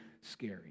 scary